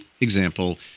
example